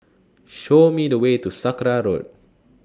Show Me The Way to Sakra Road